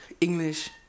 English